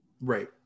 Right